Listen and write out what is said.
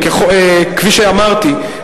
כפי שאמרתי,